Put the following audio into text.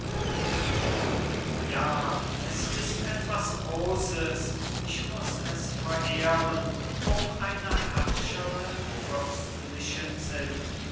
ja es ist etwas großes ich muß es verehren um einer herrscherin fürstlichen sinn